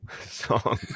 song